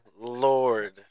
Lord